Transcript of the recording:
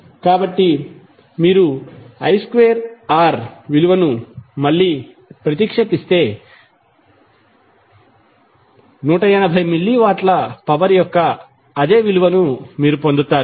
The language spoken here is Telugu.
కాబట్టి మీరు i2R విలువను మళ్ళీ ప్రతిక్షేపిస్తే 180 మిల్లీ వాట్ల పవర్ యొక్క అదే విలువను మీరు పొందుతారు